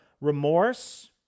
remorse